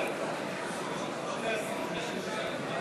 נא לשבת.